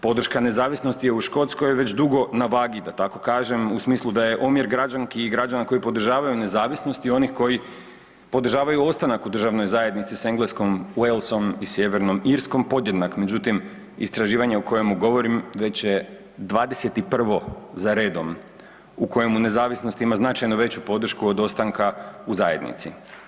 Podrška nezavisnosti je u Škotskoj već dugo, na vagi, da tako kažem, u smislu da je omjer građanki i građana koji podržavaju nezavisnost i onih koji podržavaju ostanak u državnoj zajednici s Engleskom, Walesom i Sjevernom Irskom podjednak, međutim, istraživanja o kojemu govorim već je 21. za redom u kojemu nezavisnost ima značajno veću podršku od ostanka u zajednici.